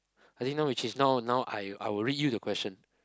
I think now we change now now I I will read you the question